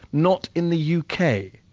not in the u. k.